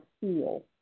feel